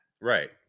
right